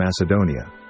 Macedonia